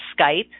Skype